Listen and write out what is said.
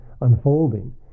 unfolding